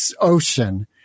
ocean